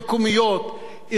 ארגונים אזרחיים,